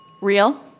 Real